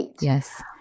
Yes